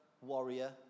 warrior